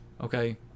Okay